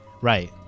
right